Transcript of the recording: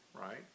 right